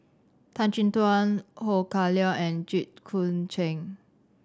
Tan Chin Tuan Ho Kah Leong and Jit Koon Ch'ng